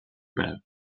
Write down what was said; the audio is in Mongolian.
байв